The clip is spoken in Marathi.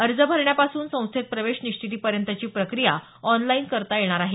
अर्ज भरण्यापासून संस्थेत प्रवेश निश्चितीपर्यंतची प्रक्रिया ऑनलाईन करता येणार आहे